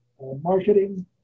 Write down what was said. marketing